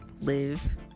live